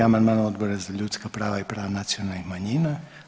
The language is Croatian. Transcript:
61. amandman Odbora za ljudska prava i prava nacionalnih manjina.